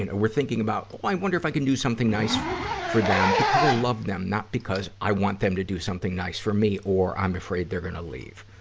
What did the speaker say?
and we're thinking about, well, i wonder if i can do something nice for them, because i love them, not because i want them to do something nice for me or i'm afraid they're gonna leave.